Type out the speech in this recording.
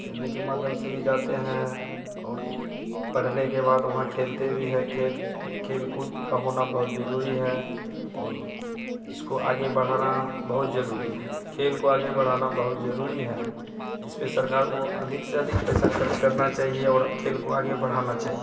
खेलने के माध्यम से भी जाते हैं और पढ़ने के बाद वहाँ खेलते भी हैं खेल खेल कूद का होना बहुत ज़रूरी है और इसको आगे बढ़ाना बहुत ज़रूरी है खेल को आगे बढ़ाना बहुत ज़रूरी है इसपर सरकार को अधिक से अधिक पैसा ख़र्च करना चाहिए और खेल को आगे बढ़ाना चाहिए